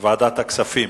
בוועדת הכספים.